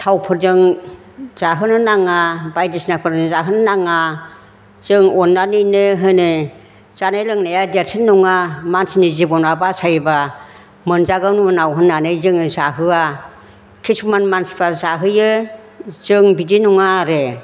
थावफोरजों जाहोनो नाङा बायदिसिनाफोरजों जाहोनो नाङा जों अननानैनो होनो जानाय लोंनाया देरसिन नङा मानसिनि जिबना बासायोब्ला मोनजागोन उनाव होननानै जोङो जाहोआ खिसुमान मानसिफ्रा जाहोयो जों बिदि नङा आरो